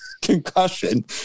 concussion